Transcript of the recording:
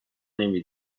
نمی